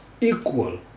equal